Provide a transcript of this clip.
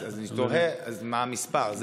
אז אני תוהה מה המספר.